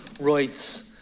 Rights